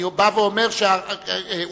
אני בא ואומר שאום-אל-פחם,